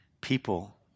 people